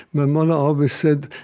my mother always said,